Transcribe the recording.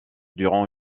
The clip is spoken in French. durant